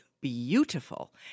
beautiful